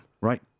Right